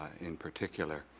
in particular,